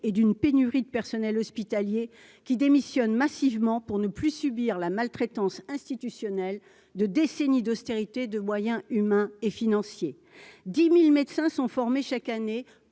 et d'une pénurie de personnel hospitalier qui démissionne massivement pour ne plus subir la maltraitance institutionnelle de décennies d'austérité, de moyens humains et financiers 10000 médecins sont formés chaque année